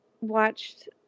watched